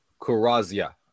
Kurazia